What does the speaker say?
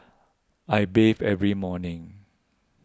I bathe every morning